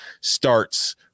starts